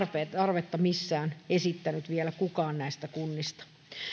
ei ole missään esittänyt vielä kukaan näistä kunnista